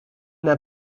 n’a